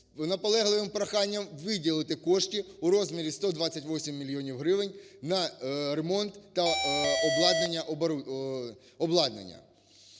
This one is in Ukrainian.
наполегливим проханням виділити кошти у розмірі 128 мільйонів гривень на ремонт та обладнання.